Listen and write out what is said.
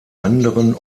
anderen